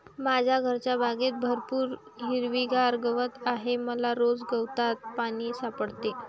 माझ्या घरच्या बागेत भरपूर हिरवागार गवत आहे मला रोज गवतात पाणी सापडते